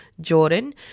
Jordan